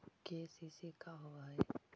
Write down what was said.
KCC का होव हइ?